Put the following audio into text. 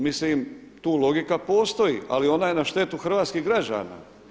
Mislim tu logika postoji, ali ona je na štetu hrvatskih građana.